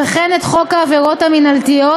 וכן את חוק העבירות המינהליות,